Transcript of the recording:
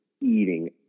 eating